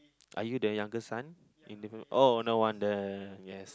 are you the youngest son in the family oh no wonder yes